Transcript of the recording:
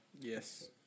Yes